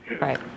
Right